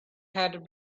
had